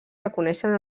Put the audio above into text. reconeixen